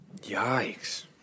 Yikes